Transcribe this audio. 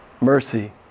mercy